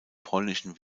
polnischen